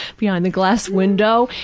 behind the glass window.